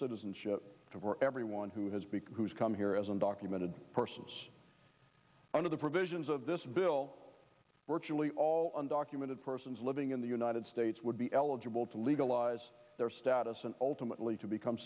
citizenship for everyone who has become who's come here as undocumented persons under the provisions of this bill fortunately all undocumented persons living in the united states would be eligible to legalize their status and ultimately to become